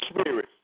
spirit